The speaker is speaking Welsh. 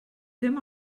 dim